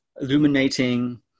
illuminating